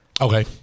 Okay